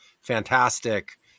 fantastic